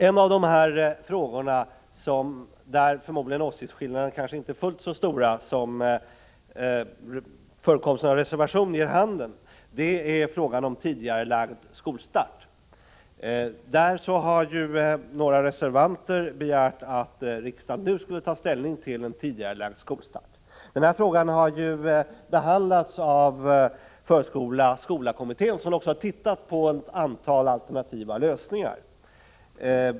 En av de frågor där åsiktsskillnaderna förmodligen inte är fullt så stora som förekomsten av reservationer ger vid handen är den om tidigarelagd skolstart. Där har några reservanter begärt att riksdagen nu skall ta ställning 131 till tidigarelagd skolstart. Denna fråga har ju behandlats av förskola-skola kommittén, som har tittat på ett antal alternativa lösningar.